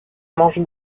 manche